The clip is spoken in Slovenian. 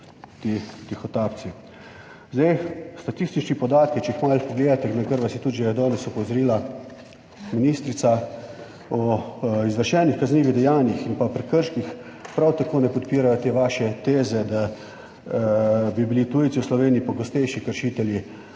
tihotapci. Sedaj statistični podatki, če jih malo pogledate, na kar vas je tudi že danes opozorila ministrica. O izvršenih kaznivih dejanjih in pa o prekrških, prav tako ne podpirajo te vaše teze, da bi bili tujci v Sloveniji pogostejši kršitelji